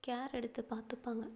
care எடுத்து பார்த்துப்பாங்க